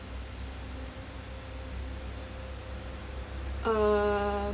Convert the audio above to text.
or